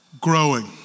growing